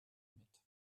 mit